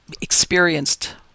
experienced